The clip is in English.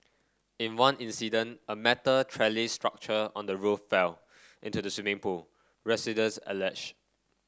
in one incident a metal trellis structure on the roof fell into the swimming pool residents alleged